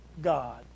God